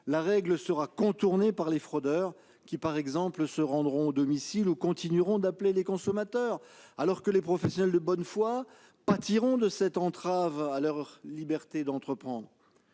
la règle sera contournée par les fraudeurs, par exemple en se rendant à domicile ou en continuant d'appeler les consommateurs, alors que les professionnels de bonne foi pâtiront de cette entrave à leur liberté d'entreprendre.